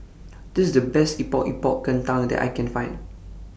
This IS The Best Epok Epok Kentang that I Can Find